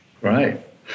Right